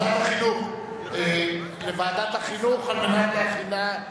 לוועדת החינוך כדי להכינה,